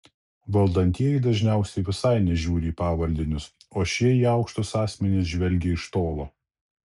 valdantieji dažniausiai visai nežiūri į pavaldinius o šie į aukštus asmenis žvelgia iš tolo